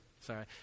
Sorry